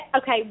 okay